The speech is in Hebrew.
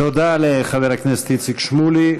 תודה לחבר הכנסת איציק שמולי.